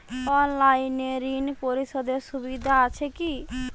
অনলাইনে ঋণ পরিশধের সুবিধা আছে কি?